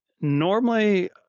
Normally